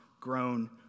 grown